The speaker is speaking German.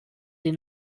die